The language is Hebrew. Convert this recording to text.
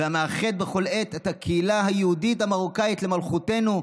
והמאחד בכל עת את הקהילה היהודית המרוקאית למלכותנו,